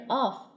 off